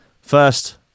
First